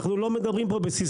אנחנו לא מדברים פה בסיסמאות,